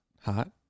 hot